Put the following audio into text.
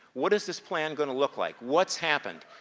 what is this plan going to look like? what's happened?